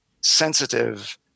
sensitive